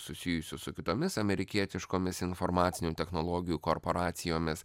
susijusių su kitomis amerikietiškomis informacinių technologijų korporacijomis